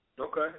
Okay